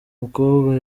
mukobwa